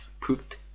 proved